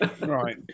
Right